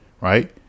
right